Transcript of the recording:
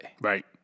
Right